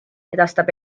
edastab